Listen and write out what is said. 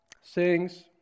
sings